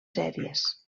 sèries